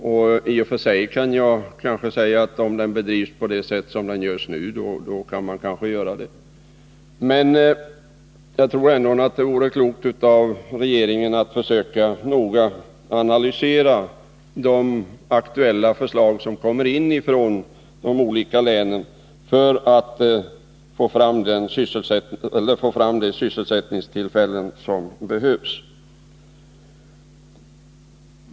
Och om den bedrivs på det sätt som sker i dag, kanske man kan göra det. Men jag tror ändå att det vore klokt om regeringen försökte att noga analysera de aktuella förslag som kommer in från de olika länen, för att få fram de sysselsättningstillfällen som behövs.